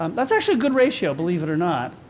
um that's actually a good ratio, believe it or not.